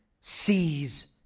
sees